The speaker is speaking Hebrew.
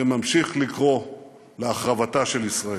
שממשיך לקרוא להחרבתה של ישראל.